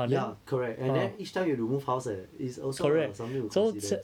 ya correct and then each time you have to move house eh is also uh something to consider